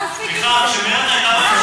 אז מספיק עם זה,